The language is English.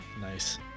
Nice